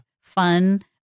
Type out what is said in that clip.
fun